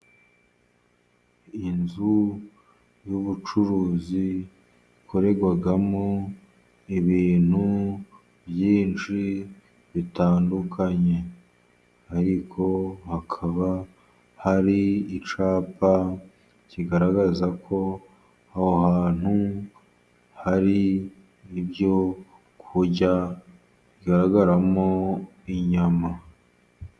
Inzu y'ubucuruzi, ikorerwamo ibintu byinshi bitandukanye. Ariko hakaba hari icyapa kigaragaza ko aho hantu hari ibyo kurya, bigaragaramo inyama.